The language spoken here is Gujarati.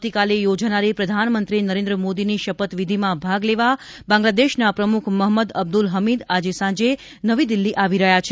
આવતીકાલે યોજાનારી પ્રધાનમંત્રી નરેન્દ્ર મોદીની શપથવિધીમાં ભાગ લેવા બાંગ્લાદેશના પ્રમુખ મહંમદ અબ્દુલ હમીદ આજે સાંજે નવી દિલ્હી આવી રહ્યા છે